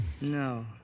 No